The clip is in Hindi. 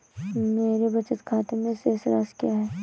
मेरे बचत खाते में शेष राशि क्या है?